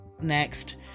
next